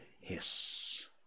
hiss